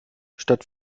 statt